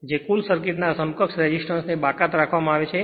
જે કુલ સર્કિટના સમકક્ષ રેસિસ્ટન્સ ને બાકાત રાખવામાં આવે છે